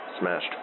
smashed